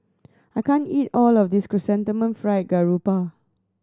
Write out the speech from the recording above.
I can't eat all of this Chrysanthemum Fried Garoupa